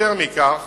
יותר מכך,